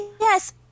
yes